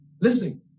listen